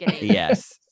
yes